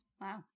Wow